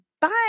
Bye